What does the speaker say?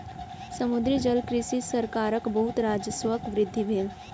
समुद्री जलकृषि सॅ सरकारक बहुत राजस्वक वृद्धि भेल